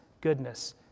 goodness